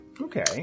Okay